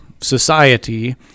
society